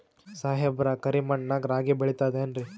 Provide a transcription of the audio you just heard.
ಸಾಹೇಬ್ರ, ಕರಿ ಮಣ್ ನಾಗ ರಾಗಿ ಬೆಳಿತದೇನ್ರಿ?